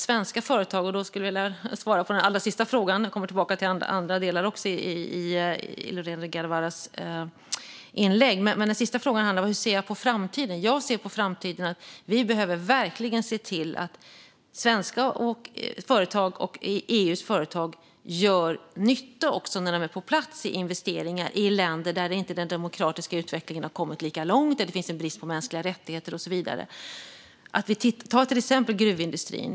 Jag skulle vilja svara på den allra sista frågan nu, och jag kommer tillbaka till andra delar i Lorena Delgado Varas inlägg. Den sista frågan handlade om hur jag ser på framtiden. Jag ser på framtiden så att vi verkligen behöver se till att svenska företag och EU:s företag gör nytta när de är på plats med investeringar i länder där den demokratiska utvecklingen inte har kommit lika långt, där det finns en brist på mänskliga rättigheter och så vidare. Vi kan till exempel ta gruvindustrin.